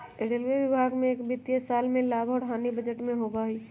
railway विभाग में एक वित्तीय साल में लाभ और हानि बजट में होबा हई